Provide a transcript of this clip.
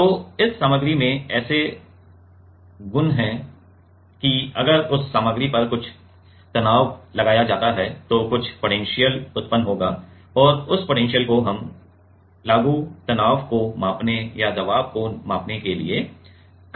तो इस सामग्री में ऐसे गुण है कि अगर उस सामग्री पर कुछ तनाव लगाया जाता है तो कुछ पोटेंशियल उत्पन्न होगा और उस पोटेंशियल को हम लागू तनाव को मापने या दबाव को मापने के लिए कर सकते हैं